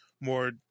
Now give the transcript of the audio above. more